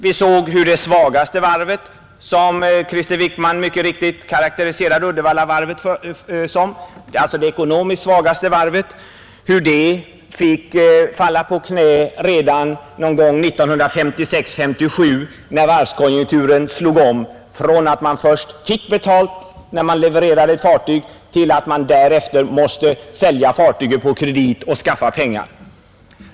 Vi såg hur det ekonomiskt svagaste varvet, som Krister Wickman mycket riktigt karakteriserade Uddevallavarvet, fick falla på knä redan någon gång 1956—1957 när varvskonjunkturen slog om från att man förut fick betalt när man levererade ett fartyg till att man därefter måste sälja fartyget på kredit och skaffa pengar åt redarna.